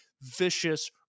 vicious